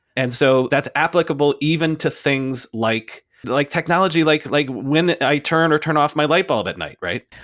and so that's applicable, even to things like like technology, like like when i turn or turn off my lightbulb at night, right?